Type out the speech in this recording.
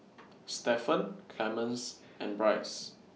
Stephen Clemens and Bryce